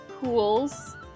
pools